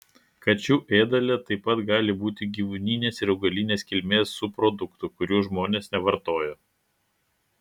kačių ėdale taip pat gali būti gyvūnines ir augalinės kilmės subproduktų kurių žmonės nevartoja